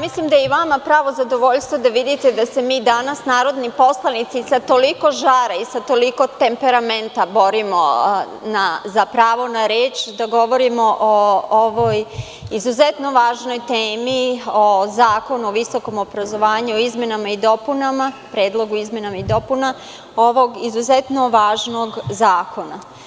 mislim da je i vama pravo zadovoljstvo da vidite da se mi, narodni poslanici, danas sa toliko žara i sa toliko temperamenta borimo za pravo na reč da govorimo o ovoj izuzetno važnoj temi, o Zakonu o visokom obrazovanju, o izmenama i dopunama ovog izuzetno važnog zakona.